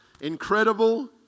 incredible